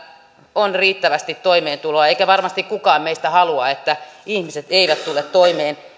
on riittävästi toimeentuloa eikä varmasti kukaan meistä halua että ihmiset eivät tule toimeen